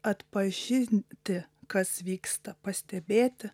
atpažinti kas vyksta pastebėti